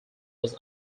was